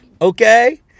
okay